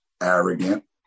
arrogant